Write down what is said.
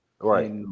Right